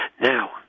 Now